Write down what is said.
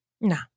No